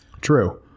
True